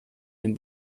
dem